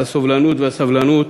על הסובלנות והסבלנות.